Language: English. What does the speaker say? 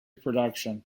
production